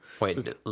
Wait